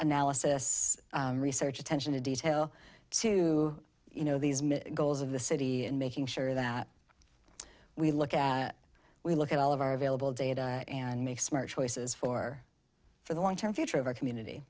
analysis research attention to detail to you know these goals of the city and making sure that we look at we look at all of our available data and make smart choices for for the long term future of our